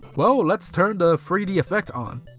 well, let's turn the three d effect on.